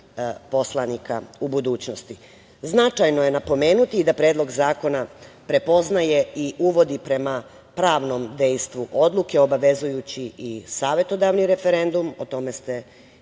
poslanika u budućnosti. Značajno je napomenuti da Predlog zakona prepoznaje i uvodi, prema pravnom dejstvu odluke, obavezujući i savetodavni referendum. O tome ste